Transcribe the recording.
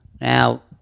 Now